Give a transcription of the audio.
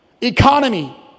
economy